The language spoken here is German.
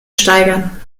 steigern